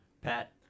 Pat